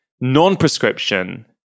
non-prescription